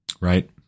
right